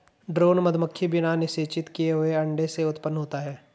drone मधुमक्खी बिना निषेचित किए हुए अंडे से उत्पन्न होता है